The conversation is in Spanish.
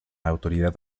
autoridad